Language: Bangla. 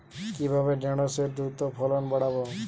কিভাবে ঢেঁড়সের দ্রুত ফলন বাড়াব?